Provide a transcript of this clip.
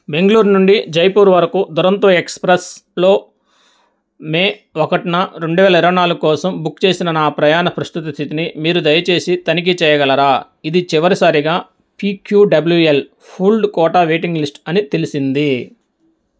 బెంగళూరు నుండి జైపూర్ వరకు దురాంతో ఎక్స్ప్రెస్లో మే ఒకటిన రెండు వేల ఇరవై నాలుగు కోసం బుక్ చేసిన నా ప్రయాణ ప్రస్తుత స్థితిని మీరు దయచేసి తనిఖీ చేయగలరా ఇది చివరిసారిగా PQWL pooled quota waiting list అని తెలిసింది